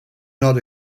not